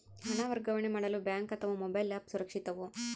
ಹಣ ವರ್ಗಾವಣೆ ಮಾಡಲು ಬ್ಯಾಂಕ್ ಅಥವಾ ಮೋಬೈಲ್ ಆ್ಯಪ್ ಸುರಕ್ಷಿತವೋ?